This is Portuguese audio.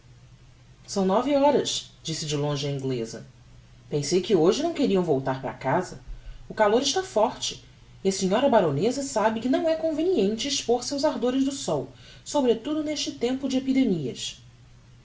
são nove horas disse de longe a ingleza pensei que hoje não queriam voltar para casa o calor está forte e a senhora baroneza sabe que não é conveniente expor se aos ardores do sol sobretudo neste tempo de epidemias